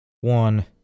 one